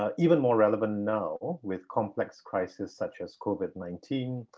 ah even more relevant now with complex crises such as covid nineteen,